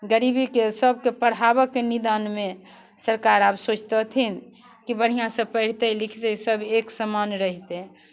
गरीबीके सभके पढ़ाबयके निदानमे सरकार आब सोचितथिन कि बढ़िआँसँ पढ़ितै लिखितै सभ एक समान रहितै